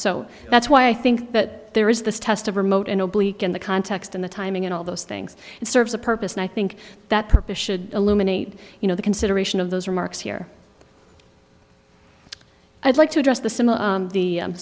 so that's why i think that there is this test of remote in a bleak in the context in the timing and all those things it serves a purpose and i think that purpose should eliminate you know the consideration of those remarks here i'd like to address the